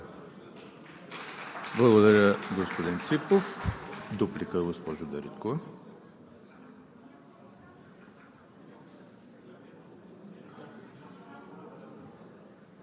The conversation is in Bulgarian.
Благодаря, господин Ципов. Дуплика – госпожа Дариткова.